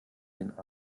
den